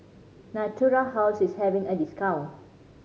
Natura House is having a discount